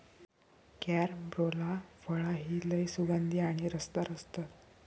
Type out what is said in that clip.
carambola फळा ही लय सुगंधी आणि रसदार असतत